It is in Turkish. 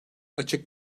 açık